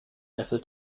eiffel